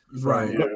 right